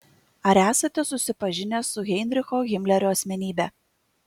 ar esate susipažinęs su heinricho himlerio asmenybe